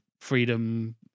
freedom